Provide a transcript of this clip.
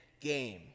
game